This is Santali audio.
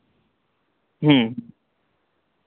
ᱦᱮᱸ